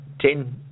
ten